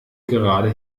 gerade